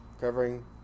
covering